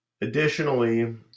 Additionally